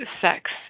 sex